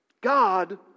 God